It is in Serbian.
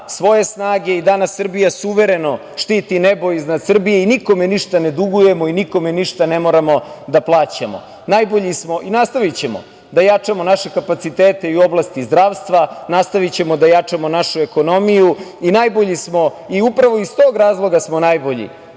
svoje snage i danas Srbija suvereno štiti nebo iznad Srbije i nikome ništa ne dugujemo i nikome ništa ne moramo da plaćamo. Najbolji smo i nastavićemo da jačamo naše kapaciteta i u oblasti zdravstva, nastavićemo da jačamo našu ekonomiju i najbolji smo i upravo iz tog razloga smo najbolji